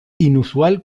inusual